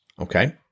Okay